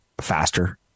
faster